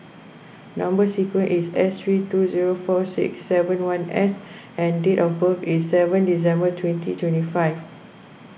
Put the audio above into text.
Number Sequence is S three two zero four six seven one S and date of birth is seven December twenty twenty five